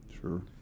Sure